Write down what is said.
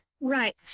Right